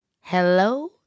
Hello